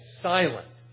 silent